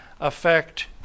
affect